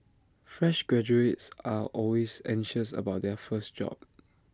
fresh graduates are always anxious about their first job